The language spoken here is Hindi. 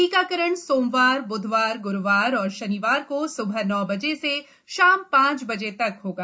टीकाकरण सोमवार ब्धवार ग्रुवार और शनिवार को स्बह नौ बजे से शाम पांच बजे तक होगा